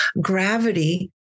gravity